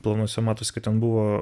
planuose matosi kad ten buvo